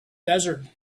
desert